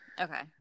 Okay